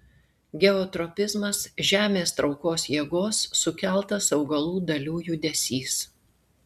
geotropizmas žemės traukos jėgos sukeltas augalų dalių judesys